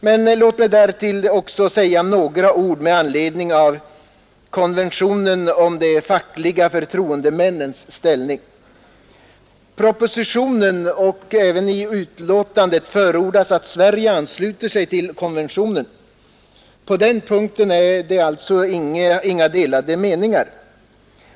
Men låt mig därtill också säga några ord med anledning av konventionen om de fackliga förtroendemännens ställning. I propositionen och även i utskottsbetänkandet förordas att Sverige ansluter sig till konventionen. På denna punkt är det alltså inga delade meningar.